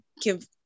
give